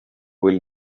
will